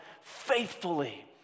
faithfully